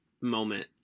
moment